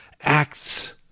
acts